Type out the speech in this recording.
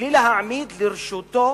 בלי להעמיד לרשותו